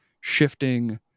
shifting